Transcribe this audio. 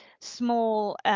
small